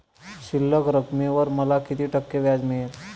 शिल्लक रकमेवर मला किती टक्के व्याज मिळेल?